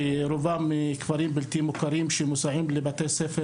שרובם מכפרים בלתי מוכרים שמוסעים לבתי ספר